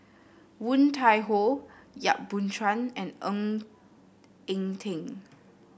Woon Tai Ho Yap Boon Chuan and Ng Eng Teng